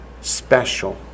special